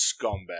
scumbag